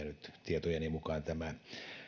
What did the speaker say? nyt tietojeni mukaan tämä